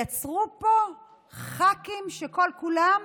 יצרו פה ח"כים שכל-כולם,